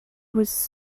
was